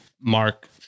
Mark